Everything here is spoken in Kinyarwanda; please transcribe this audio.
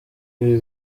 ibi